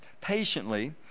patiently